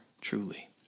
truly